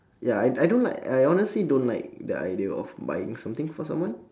ya I I don't like I honestly don't like the idea of buying something for someone